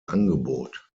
angebot